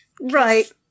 Right